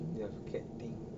they have cat thing